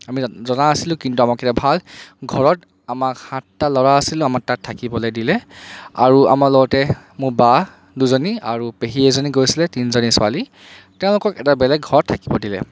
আমি জনা নাছিলো কিন্তু আমাক এটা ভাল ঘৰত আমাক সাতটা ল'ৰা আছিলো আমাক তাত থাকিবলৈ দিলে আৰু আমাৰ লগতে মোৰ বা দুজনী আৰু পেহী এজনী গৈছিলে তিনিজনী ছোৱালী তেওঁলোকক এটা বেলেগ ঘৰত থাকিবলৈ দিলে